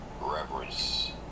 reverence